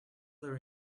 their